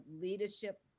leadership